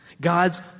God's